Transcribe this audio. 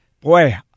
Boy